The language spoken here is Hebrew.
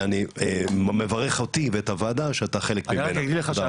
אני מברך אותי ואת הוועדה שאתה חלק ממנה.